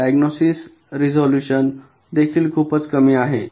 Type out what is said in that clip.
diagnosis resolution देखील खूपच कमी आहे